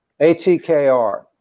ATKR